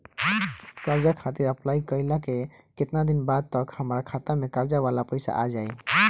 कर्जा खातिर अप्लाई कईला के केतना दिन बाद तक हमरा खाता मे कर्जा वाला पैसा आ जायी?